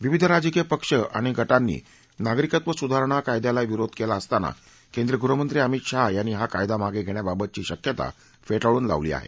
विविध राजकीय पक्ष आणि समूहांनी नागरिकत्व सुधारणा कायद्याला विरोध केला असताना केंद्रीय गृहमंत्री अमीत शहा यांनी हा कायदा मागे घेण्याबाबतची शक्यता फेटाळून लावली आहे